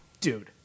Dude